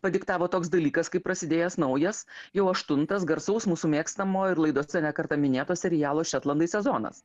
padiktavo toks dalykas kaip prasidėjęs naujas jau aštuntas garsaus mūsų mėgstamo ir laidose ne kartą minėto serialo šetlandai sezonas